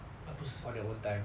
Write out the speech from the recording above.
uh 不是